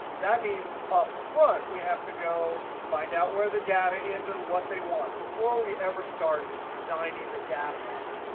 that means up front, we have to go find out where the data is and what they want, before we ever start designing the data model.